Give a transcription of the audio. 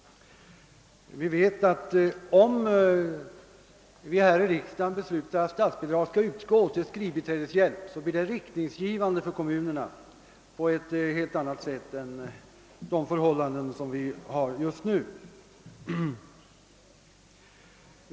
Vi vet att ett riksdagsbeslut om att statsbidrag skall utgå till skrivbiträdeshjälp blir riktgivande för kommunerna på ett helt annat sätt än de nuvarande bestämmelserna.